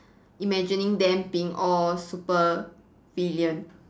imagining them being all supervillain